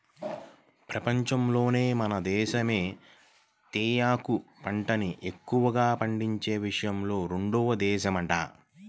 పెపంచంలోనే మన దేశమే టీయాకు పంటని ఎక్కువగా పండించే విషయంలో రెండో దేశమంట